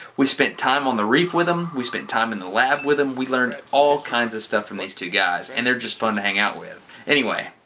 we spent time on the reef with them, we spent time in the lab with them and we learned all kinds of stuff from these two guys. and they're just fun to hang out with. anyway,